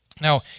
Now